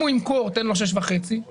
אם הוא ימכור, תן לו 6.5 אחוזים.